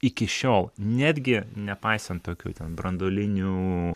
iki šiol netgi nepaisant tokių ten branduolinių